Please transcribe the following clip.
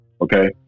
Okay